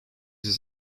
this